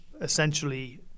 essentially